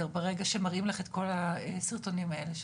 ברגע שהראו לך את כל הסרטונים האלה שלך?